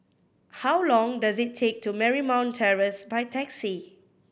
how long does it take to Marymount Terrace by taxi